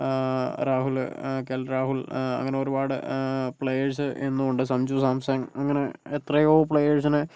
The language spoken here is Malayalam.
രാഹുല് കെൽ രാഹുൽ അങ്ങനെ ഒരുപാട് പ്ലെയേഴ്സ് ഇന്നുമുണ്ട് സഞ്ജു സാംസൺ അങ്ങനെ എത്രയോ പ്ലേയർസിനെ